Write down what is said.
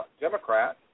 Democrat